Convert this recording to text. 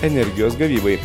energijos gavybai